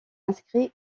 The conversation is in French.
inscrit